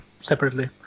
separately